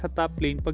ah top i mean but